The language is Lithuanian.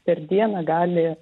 per dieną gali